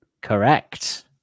Correct